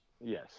Yes